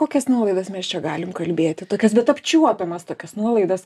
kokias nuolaidas mes čia galim kalbėti tokias bet apčiuopiamas tokias nuolaidas